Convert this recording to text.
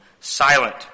silent